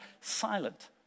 silent